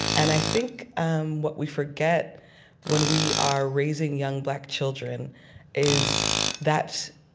and i think um what we forget when we are raising young black children is that